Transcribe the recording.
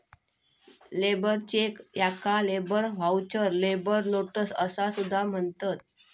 labour check याका labour voucher, labour notes असा सुद्धा म्हणतत